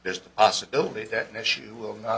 there's a possibility that an issue will not